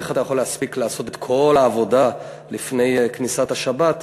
איך אתה יכול להספיק לעשות את כל העבודה לפני כניסת השבת?